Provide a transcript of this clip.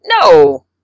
no